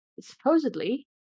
Supposedly